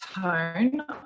tone